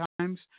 Times